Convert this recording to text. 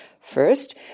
First